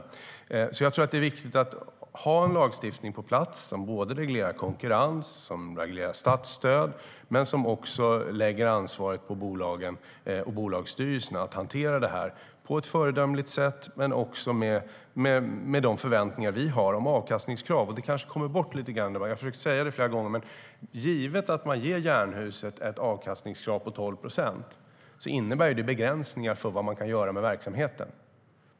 Jag tror alltså att det är viktigt att ha en lagstiftning på plats som såväl reglerar konkurrens och statsstöd som lägger ansvaret på bolagen och bolagsstyrelserna att hantera detta på ett föredömligt sätt - men också med de förväntningar vi har när det gäller avkastningskrav. Det kanske har kommit bort lite grann, men jag har försökt att säga det flera gånger: Givet att Jernhusen getts ett avkastningskrav på 12 procent begränsar det vad man kan göra med verksamheten.